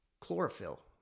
chlorophyll